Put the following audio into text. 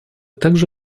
также